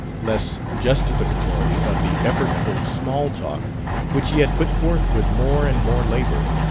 less justificatory of the effortful small-talk which he had put forth with more and more labor,